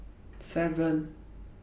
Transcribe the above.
seven